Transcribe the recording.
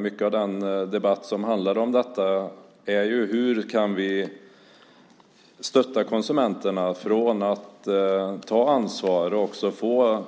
Mycket av debatten om detta handlar om hur vi kan stötta konsumenterna när det gäller att ta ansvar och också om att de ska få